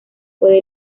puede